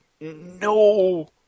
no